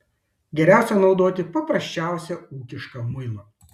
geriausia naudoti paprasčiausią ūkišką muilą